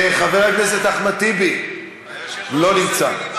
חבר הכנסת אחמד טיבי, לא נמצא.